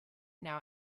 now